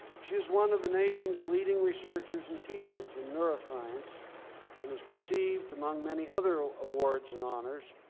she is one of the nation's leading researchers and teachers in neuroscience and has received, among many other ah awards and honors,